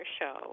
show